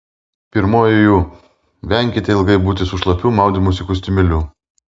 pirmoji jų venkite ilgai būti su šlapiu maudymosi kostiumėliu